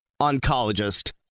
oncologist